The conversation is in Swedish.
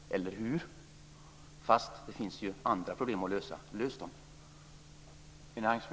Eller hur? Men det finns ju andra problem att lösa. Lös dem!